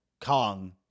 Kong